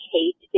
Kate